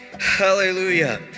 Hallelujah